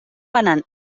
banan